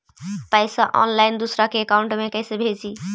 पैसा ऑनलाइन दूसरा के अकाउंट में कैसे भेजी?